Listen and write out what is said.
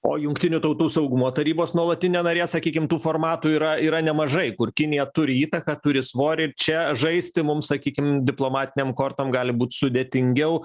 o jungtinių tautų saugumo tarybos nuolatinė narė sakykim tų formatų yra yra nemažai kur kinija turi įtaką turi svorį ir čia žaisti mum sakykim diplomatinėm kortom gali būt sudėtingiau